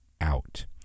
Out